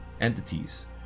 entities